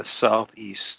southeast